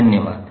धन्यवाद